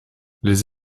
les